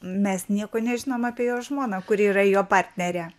mes nieko nežinom apie jo žmoną kuri yra jo partnerė